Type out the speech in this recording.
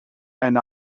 and